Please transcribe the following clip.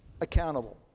accountable